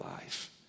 life